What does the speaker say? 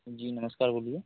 जी नमस्कार बोलिए